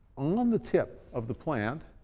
on the tip of the plant,